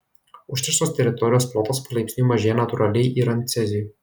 užterštos teritorijos plotas palaipsniui mažėja natūraliai yrant ceziui